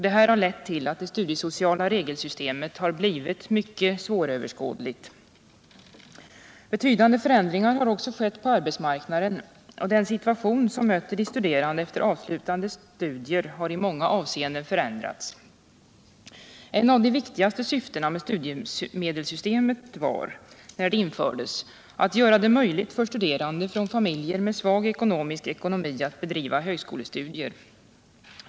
Detta har lett till att det studiesociala regelsystemet har blivit mycket svåröverskådligt. Betydande förändringar har också skett på arbetsmarknaden, och den situation som möter de studerande efter avslutade studier har i många avseenden förändrats. Ett av de viktigaste syftena med studiemedelssystemet när det infördes var att göra det möjligt för studerande från familjer med svag ekonomi att bedriva högskolestudier.